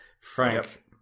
Frank